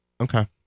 Okay